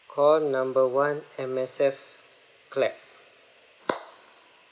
call number one M_S_F clap